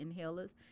inhalers